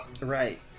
Right